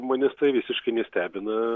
manęs tai visiškai nestebina